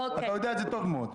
אתה יודע את זה טוב מאוד,